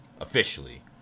officially